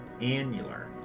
annular